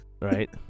right